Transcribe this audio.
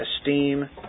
esteem